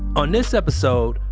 on this episode,